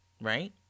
right